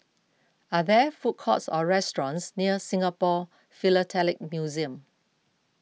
are there food courts or restaurants near Singapore Philatelic Museum